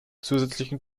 zusätzlichen